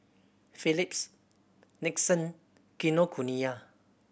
Phillips Nixon Kinokuniya